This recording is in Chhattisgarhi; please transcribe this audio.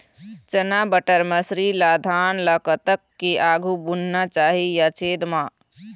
चना बटर मसरी ला धान ला कतक के आघु बुनना चाही या छेद मां?